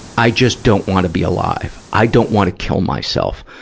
i just don't want to be alive, i don't want to kill myself.